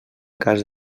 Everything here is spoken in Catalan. cas